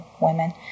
women